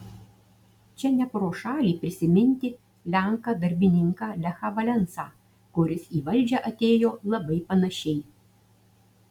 čia ne pro šalį prisiminti lenką darbininką lechą valensą kuris į valdžią atėjo labai panašiai